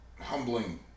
humbling